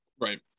Right